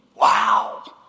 Wow